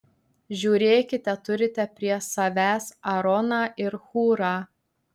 žiūrėkite turite prie savęs aaroną ir hūrą